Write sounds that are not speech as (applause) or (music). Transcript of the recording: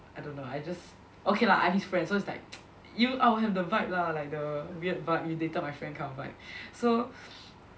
I don't know I just okay lah I'm his friend so is like (noise) you I'll have the vibe lah like the weird vibe you dated my friend kind of vibe so